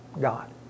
God